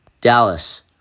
Dallas